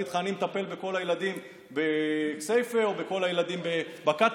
לך: אני מטפל בכל הילדים בכסייפה או בכל הילדים בקטמונים.